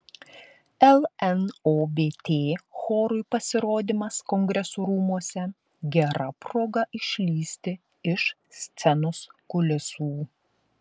lnobt chorui pasirodymas kongresų rūmuose gera proga išlįsti iš scenos kulisų